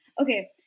okay